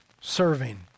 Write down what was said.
serving